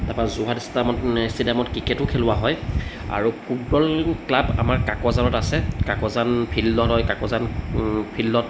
তাৰপৰা যোৰহাট ষ্টামত ষ্টেডিয়ামত ক্ৰিকেটো খেলোৱা হয় আৰু ফুটবল ক্লাব আমাৰ কাকজানত আছে কাকজান ফিল্ডত হয় কাকজান ফিল্ডত